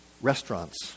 restaurants